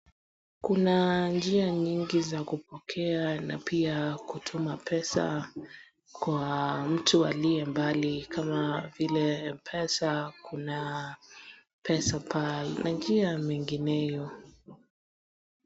Kuna njia nyingi za kupokea na pia kutuma pesa kwa mtu aliye mbali kama vile mpesa kuna pesa pal na pia mengineo.